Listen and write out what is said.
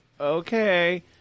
okay